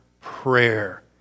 prayer